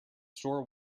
store